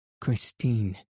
Christine